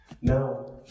Now